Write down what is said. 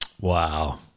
Wow